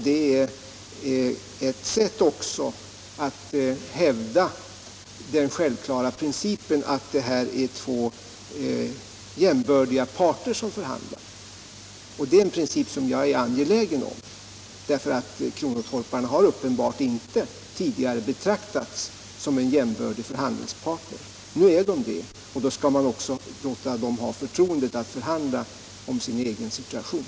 Det är också ett sätt att hävda den självklara principen att här är det två jämbördiga parter som förhandlar, och det är en princip som jag är angelägen om. Kronotorparna har uppenbart inte tidigare betraktats som en jämbördig förhandlingspart. Nu är de det, och då skall man också låta dem ha förtroendet att förhandla om sin egen situation.